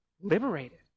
liberated